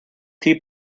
keep